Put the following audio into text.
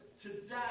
today